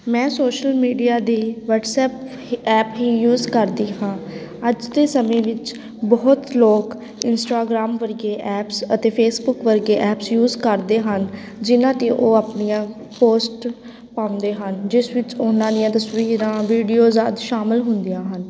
ਮੈਂ social media ਦੇ WhatsApp app ਹੀ ਯੂਜ ਕਰਦੀ ਹਾਂ ਅੱਜ ਦੇ ਸਮੇਂ ਵਿੱਚ ਬਹੁਤ ਲੋਕ ਇੰਸਟਾਗ੍ਰਾਮ ਵਰਗੇ ਐਪਸ ਅਤੇ ਫੇਸਬੁੱਕ ਵਰਗੇ ਐਪਸ ਯੂਜ ਕਰਦੇ ਹਨ ਜਿਹਨਾਂ 'ਤੇ ਉਹ ਆਪਣੀਆਂ ਪੋਸਟ ਪਾਉਂਦੇ ਹਨ ਜਿਸ ਵਿੱਚ ਉਹਨਾਂ ਦੀਆਂ ਤਸਵੀਰਾਂ ਵੀਡੀਓਜ ਆਦਿ ਸ਼ਾਮਿਲ ਹੁੰਦੀਆਂ ਹਨ